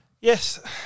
Yes